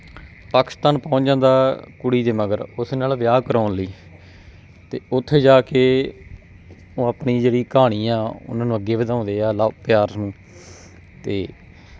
ਪਾਕਿਸਤਾਨ ਪਹੁੰਚ ਜਾਂਦਾ ਕੁੜੀ ਦੇ ਮਗਰ ਉਸ ਨਾਲ ਵਿਆਹ ਕਰਵਾਉਣ ਲਈ ਅਤੇ ਉੱਥੇ ਜਾ ਕੇ ਉਹ ਆਪਣੀ ਜਿਹੜੀ ਕਹਾਣੀ ਆ ਉਹਨਾਂ ਨੂੰ ਅੱਗੇ ਵਧਾਉਂਦੇ ਆ ਲਵ ਪਿਆਰ ਨੂੰ ਅਤੇ